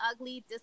ugly